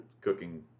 cooking